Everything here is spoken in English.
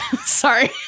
Sorry